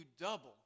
double